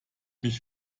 mich